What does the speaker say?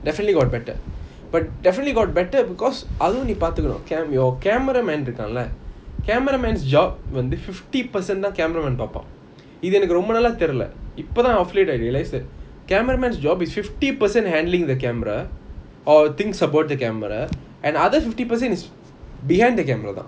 definitely got better but definitely got better because அதுவும் நீ பாத்துக்கணும்:athuvum nee paathukanum cam~ your cameraman இருக்கான்ல:irukanla cameraman's job வந்து:vanthu fifty percent தான்:thaan cameraman பாப்பான் இது என்னக்கு ரொம்ப நாலா தெரில இப்போதான்:paapan ithu ennaku romba naala terila ipothaan I realise that cameraman's job is fifty percent handling the camera or things about the camera and other fifty percent is behind the camera lah